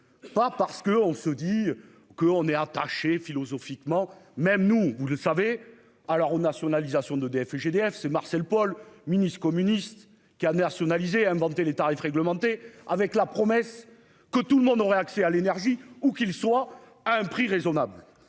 Pas parce que on se dit que on est attachés philosophiquement, même nous, vous le savez alors ou nationalisation d'EdF-GDF ce Marcel Paul minus communiste qui a nationalisé inventé les tarifs réglementés avec la promesse que tout le monde aurait accès à l'énergie, ou qu'il soit à un prix raisonnable.